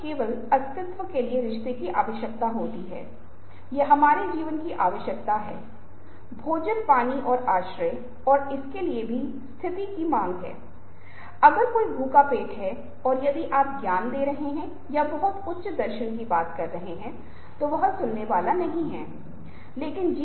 मैं एक छोटे किस्से के साथ शुरुआत करूंगा 18 साल पहले जब मैं इस संस्थान में शामिल हुआ था किसी समय मैंने एक वीजीए कार्ड के बारे में सुना था जो कहीं न कहीं स्थापित था और इससे हमें एक झलक मिली कि वास्तव में संपादन संपादित करना और वीडियो को संशोधित करना और एनिमेशन उत्पन्न करने के लिए और उन दिनों यह बहुत ही रोमांचक बात थी और हमारे पूरे संस्थान में यह सुविधा उपलब्ध थी